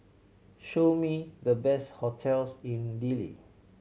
show me the best hotels in Dili